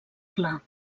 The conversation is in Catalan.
clar